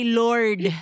lord